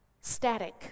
Static